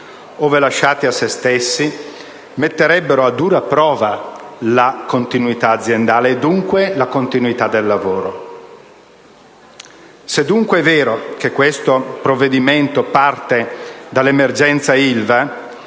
ove lasciati a se stessi, metterebbero a dura prova la continuità aziendale e, dunque, la continuità del lavoro. Se quindi è vero che questo provvedimento parte dall'emergenza Ilva,